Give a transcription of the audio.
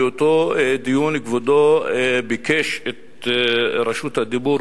באותו דיון כבודו ביקש את רשות הדיבור.